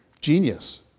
genius